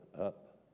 up